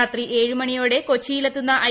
രാത്രി ഏഴ് മണിയോടെ കൊച്ചിയിൽ എത്തുന്ന ഐ